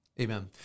Amen